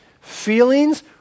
feelings